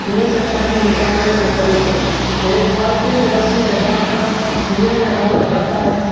کوے سے پانی نکالنے کے طریقے ایک بالٹی کو رسی سے باندھ کر کوے میں ڈالا جاتا ہے